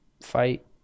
fight